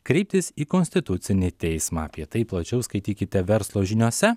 kreiptis į konstitucinį teismą apie tai plačiau skaitykite verslo žiniose